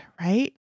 right